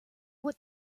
what